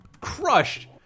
crushed